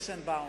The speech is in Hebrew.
בבקשה.